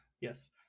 yes